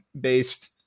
based